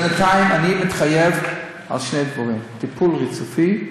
בינתיים אני מתחייב על שני דברים: טיפול רציף,